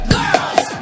Girls